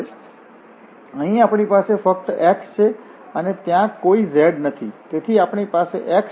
અહીં આપણી પાસે ફક્ત x છે અને ત્યાં કોઈ z નથી તેથી આપણે x મેળવીશું